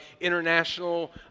international